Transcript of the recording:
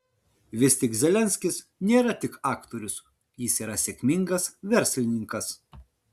vis tik zelenskis nėra tik aktorius jis yra sėkmingas verslininkas